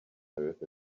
earth